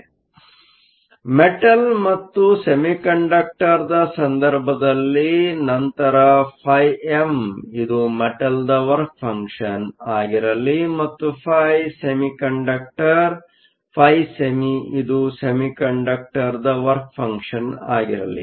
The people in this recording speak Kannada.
ಆದ್ದರಿಂದಮೆಟಲ್ ಮತ್ತು ಸೆಮಿಕಂಡಕ್ಟರ್ನ ಸಂದರ್ಭದಲ್ಲಿ ನಂತರφm ಇದು ಮೆಟಲ್Metalದ ವರ್ಕ್ ಫಂಕ್ಷನ್Work function ಆಗಿರಲಿ ಮತ್ತು φ ಸೆಮಿಕಂಡಕ್ಟರ್Semiconductor φsemi ಇದು ಸೆಮಿಕಂಡಕ್ಟರ್ನ ವರ್ಕ್ ಫಂಕ್ಷನ್ ಆಗಿರಲಿ